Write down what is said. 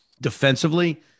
defensively